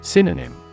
Synonym